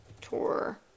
tour